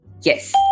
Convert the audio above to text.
Yes